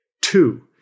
Two